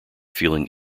feeling